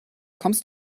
kommst